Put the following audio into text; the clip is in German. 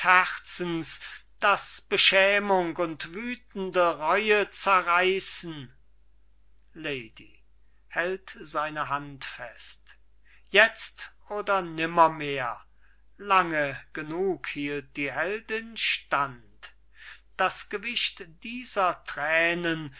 das beschämung und wüthende reue zerreißen lady hält seine hand fest jetzt oder nimmermehr lange genug hielt die heldin stand das gewicht dieser thränen